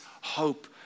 hope